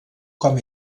com